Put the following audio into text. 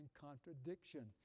contradiction